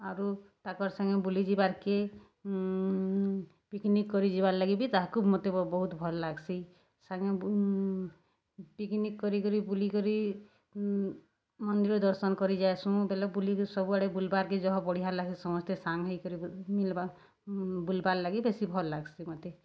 ଆରୁ ତାଙ୍କର୍ ସାଙ୍ଗେ ବୁଲିଯିବାର୍କେ ପିକନିକ୍ କରିଯିବାର୍ ଲାଗି ବି ତାହାକୁ ମତେ ବହୁତ୍ ଭଲ୍ ଲାଗ୍ସି ସାଙ୍ଗେ ପିକ୍ନିକ୍ କରିକରି ବୁଲିକରି ମନ୍ଦିର ଦର୍ଶନ୍ କରିଯାଏସୁଁ ବେଲେ ବୁଲିକି ସବୁଆଡ଼େ ବୁଲବାର୍କେ ଜହ ବଢ଼ିଆ ଲାଗ୍ସି ସମସ୍ତେ ସାଙ୍ଗ୍ ହେଇକରି ମିଲ୍ବା ବୁଲ୍ବାର୍ ଲାଗି ବେଶୀ ଭଲ୍ ଲାଗ୍ସି ମତେ